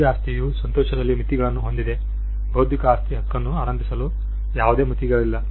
ನೈಜ ಆಸ್ತಿಯು ಸಂತೋಷದಲ್ಲಿ ಮಿತಿಗಳನ್ನು ಹೊಂದಿದೆ ಬೌದ್ಧಿಕ ಆಸ್ತಿ ಹಕ್ಕನ್ನು ಆನಂದಿಸಲು ಯಾವುದೇ ಮಿತಿಗಳಿಲ್ಲ